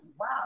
wow